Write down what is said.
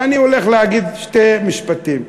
ואני הולך להגיד שתי משפטים.